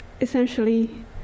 essentially